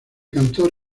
cantor